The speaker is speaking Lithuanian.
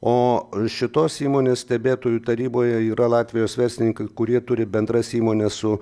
o šitos įmonės stebėtojų taryboje yra latvijos verslininkai kurie turi bendras įmones su